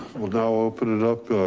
we'll now open it up.